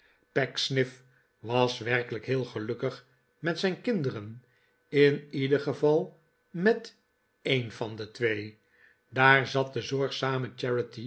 was werkelijk heel gelukkig met zijn kindererr in ieder geval met een van de twee daar zat de zorgzame